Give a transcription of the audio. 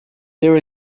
there